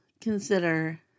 consider